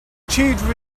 achieved